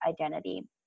identity